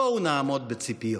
בואו נעמוד בציפיות.